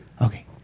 Okay